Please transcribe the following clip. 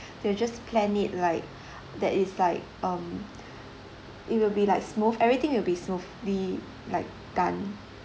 they will just plan it like that is like um it will be like smooth everything will be smoothly like done